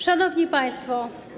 Szanowni Państwo!